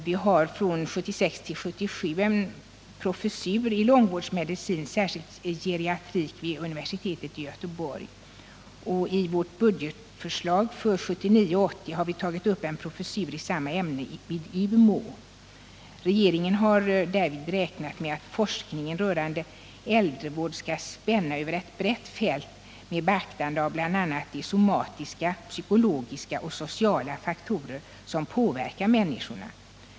Vi har från budgetåret 1976 80 har vi tagit upp en professur i samma ämne i Umeå. Regeringen har därvid räknat med att forskningen rörande äldrevård skall spänna över ett brett fält med beaktande av bl.a. de somatiska, psykologiska och sociala faktorer som påverkar människorna.